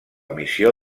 missió